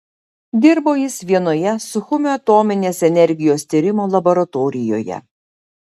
dirbo jis vienoje suchumio atominės energijos tyrimo laboratorijoje